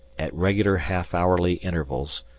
at regular half-hourly intervals,